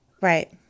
Right